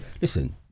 listen